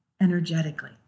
energetically